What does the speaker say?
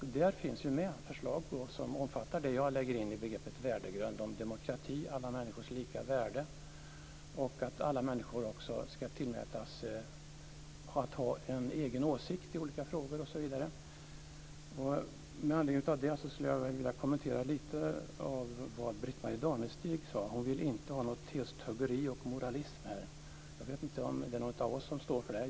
Där finns förslag som omfattar det jag lägger in i begreppet värdegrund, demokrati och alla människors lika värde, att alla människors åsikter i olika frågor också ska tillmätas betydelse osv. Med anledning av det skulle jag vilja kommentera lite av det Britt-Marie Danestig sade. Hon vill inte ha testuggeri och moralism här. Jag vet inte om det är någon av oss som står för det.